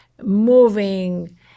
moving